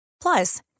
Plus